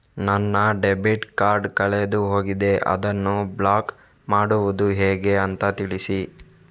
ನನ್ನ debit card ಕಳೆದು ಹೋಗಿದೆ, ಅದನ್ನು ಬ್ಲಾಕ್ ಮಾಡುವುದು ಹೇಗೆ ಅಂತ ತಿಳಿಸಿ?